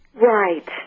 Right